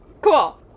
Cool